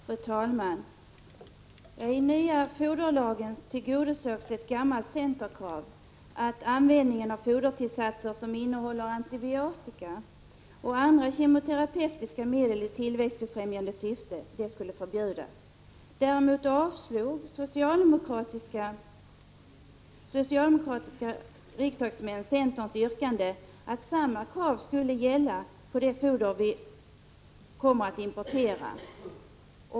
Fru talman! I den nya foderlagen tillgodosågs ett gammalt centerkrav, att användningen av fodertillsatser som innehåller antibiotika och andra kemoterapeutiska medel med tillväxtbefrämjande syfte skulle förbjudas. Däremot avslog socialdemokratiska riksdagsmän centerns yrkande att samma krav skulle gälla för det foder som vi importerar.